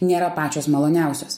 nėra pačios maloniausios